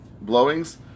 blowings